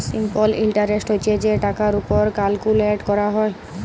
simple interest হছে যে টাকার উপর ক্যালকুলেট ক্যরা হ্যয়